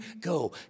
go